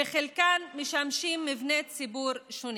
וחלקם משמשים מבני ציבור שונים.